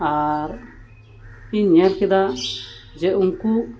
ᱟᱨ ᱤᱧ ᱧᱮᱞ ᱠᱮᱫᱟ ᱡᱮ ᱩᱱᱠᱩ